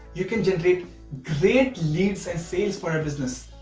you can generate great leads and sales for your business.